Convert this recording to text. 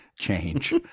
change